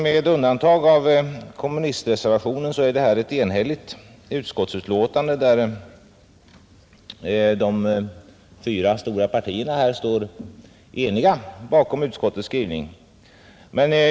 Med undantag av kommunistreservationen är det här ett enhälligt utskottsbetänkande, där de fyra stora partierna står eniga bakom utskottets skrivning.